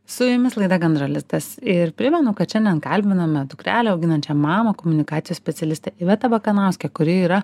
su jumis laida gandro lizdas ir primenu kad šiandien kalbiname dukrelę auginančią mamą komunikacijos specialistę ivetą bakanauskę kuri yra